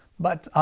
but, um,